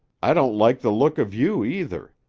i don't like the look of you either.